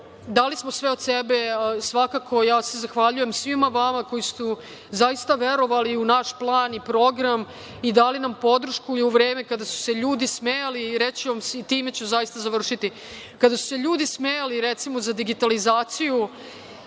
dali smo sve od sebe. Svakako se zahvaljujem svima vama koji ste zaista verovali u naš plan i program i dali nam podršku i vreme kada su se ljudi smejali. Reći ću vam i time ću zaista završiti, kada su se ljudi smejali recimo za digitalizaciju